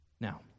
Now